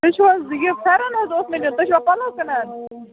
تُہۍ چھِو حظ یہِ فیٚرَن حظ اوس مےٚ نِیُن تُہۍ چھِوا پَلَو کٕنان